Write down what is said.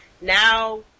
now